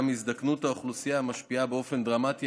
גם הזדקנות האוכלוסייה משפיעה באופן דרמטי